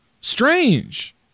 Strange